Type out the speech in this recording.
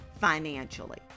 financially